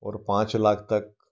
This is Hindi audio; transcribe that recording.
और पाँच लाख तक